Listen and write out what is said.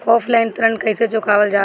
Offline ऋण कइसे चुकवाल जाला?